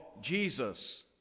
Jesus